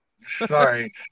Sorry